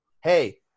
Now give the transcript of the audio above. Hey